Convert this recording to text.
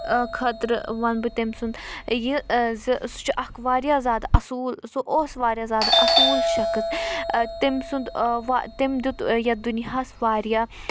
خٲطرٕ وَنہٕ بہٕ تٔمۍ سُنٛد یہِ زِ سُہ چھُ اکھ واریاہ زیادٕ اَصوٗل سُہ اوس واریاہ زیادٕ اَصوٗل شخص تٔمۍ سُنٛد وا تٔمۍ دیُت یَتھ دُنیاہَس واریاہ